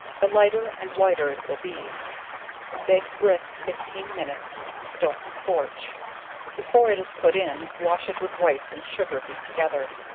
the lighter and whiter it will be bake brisk fifteen minutes don't scorch before it is put in, wash it with whites and sugar beat together.